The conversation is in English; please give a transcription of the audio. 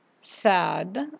sad